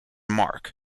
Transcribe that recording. mark